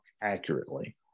accurately